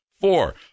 Four